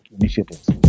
initiatives